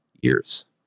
years